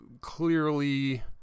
clearly